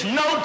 no